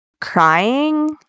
crying